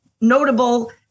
notable